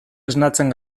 esnatzen